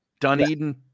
Dunedin